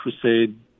Crusade